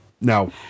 Now